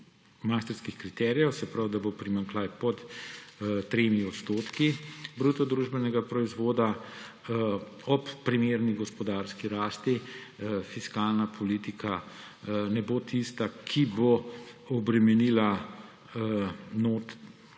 maastrichtskih kriterijev, se pravi, da bo primanjkljaj pod 3 % bruto družbenega proizvoda. Ob primerni gospodarski rasti fiskalna politika ne bo tista, ki bo obremenila to